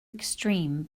extreme